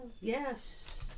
yes